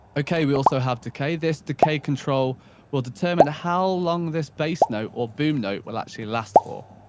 okay, we also have decay, this decay control will determine how long this bass note, or boom note, will actually last for.